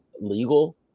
legal